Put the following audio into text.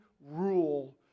rule